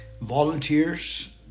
Volunteers